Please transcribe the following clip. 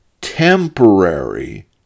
temporary